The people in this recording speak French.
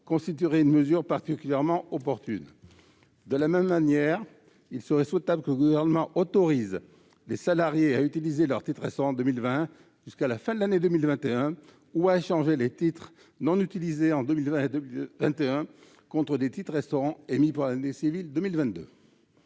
constituerait une mesure particulièrement opportune. De la même manière, il serait souhaitable que le Gouvernement autorise les salariés à utiliser leurs titres-restaurants de 2020 jusqu'à la fin de l'année 2021, ou à échanger les titres-restaurants non utilisés en 2020 et 2021 contre des titres-restaurants émis pour l'année civile 2022.